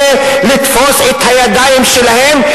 כדי לתפוס את הידיים שלהם,